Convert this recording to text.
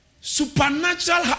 Supernatural